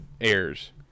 airs